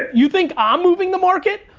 you think i'm moving the market?